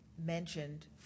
mentioned